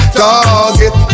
target